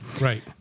Right